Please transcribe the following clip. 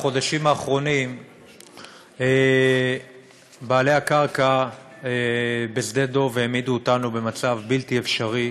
בחודשים האחרונים בעלי הקרקע בשדה דב העמידו אותנו במצב בלתי אפשרי,